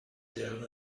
deren